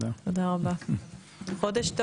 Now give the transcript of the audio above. תודה רבה וחודש טוב